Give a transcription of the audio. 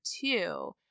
two